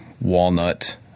walnut